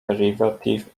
derivative